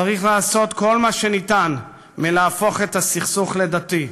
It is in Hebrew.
צריך לעשות כל מה שניתן למנוע מלהפוך את הסכסוך לדתי.